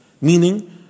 Meaning